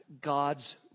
God's